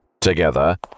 Together